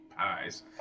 eyes